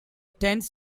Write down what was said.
tents